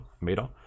meter